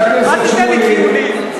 חבר הכנסת שמולי.